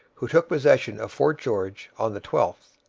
who took possession of fort george on the twelfth,